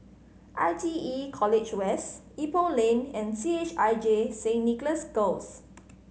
I T E College West Ipoh Lane and C H I J Saint Nicholas Girls